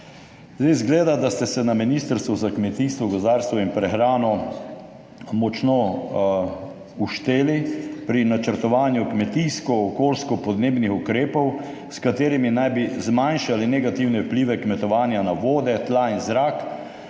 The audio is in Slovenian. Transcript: Izgleda, da ste se na Ministrstvu za kmetijstvo, gozdarstvo in prehrano močno ušteli pri načrtovanju kmetijsko-okoljsko-podnebnih ukrepov, s katerimi naj bi zmanjšali negativne vplive kmetovanja na vode, tla in zrak,